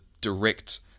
direct